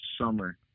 summer